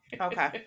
Okay